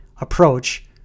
approach